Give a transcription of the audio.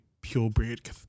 purebred